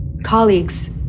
Colleagues